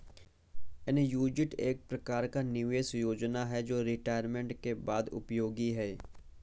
annuity एक प्रकार का निवेश योजना है जो रिटायरमेंट के बाद उपयोगी है